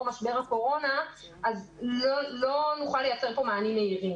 משבר הקורונה אז לא נוכל לייצר פה מענים מהירים.